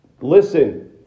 listen